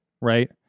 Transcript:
Right